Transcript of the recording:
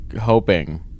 hoping